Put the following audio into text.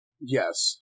yes